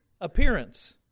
appearance